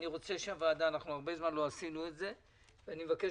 אנחנו הרבה זמן לא עשינו את זה אבל אני מבקש